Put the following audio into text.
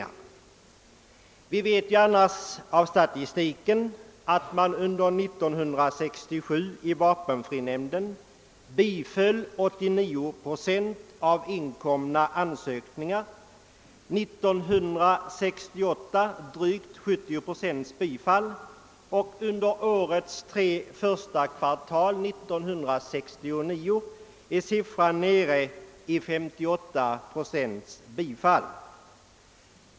Av statistiken framgår att vapenfrinämnden under år 1967 biföll 89 procent av inkomna ansökningar, år 1968 första kvartalen år 1969 siffran blivit drygt 70 procent medan för de tre så låg som 58 procent.